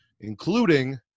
including